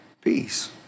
peace